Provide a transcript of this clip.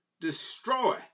destroy